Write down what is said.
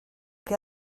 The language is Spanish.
que